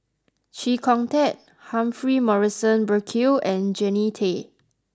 Chee Kong Tet Humphrey Morrison Burkill and Jannie Tay